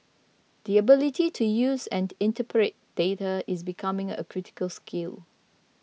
the ability to use and interpret data is becoming a critical skill